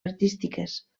artístiques